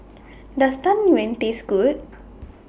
Does Tang Yuen Taste Good